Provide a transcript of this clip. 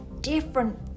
different